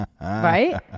Right